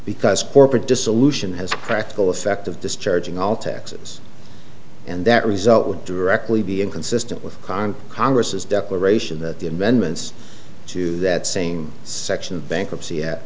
because corporate dissolution has practical effect of discharging all taxes and that result would directly be inconsistent with con congress's declaration that the investments to that same section of bankruptcy at